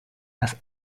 las